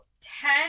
ten